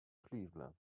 cleveland